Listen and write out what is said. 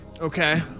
Okay